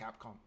Capcom